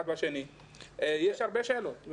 יש הרבה שאלות.